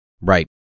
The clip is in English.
Right